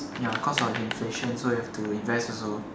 ya cause of inflation so have to invest also